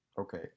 Okay